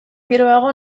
geroago